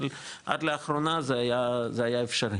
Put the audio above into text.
אבל עד לאחרונה זה היה אפשרי